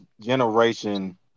generation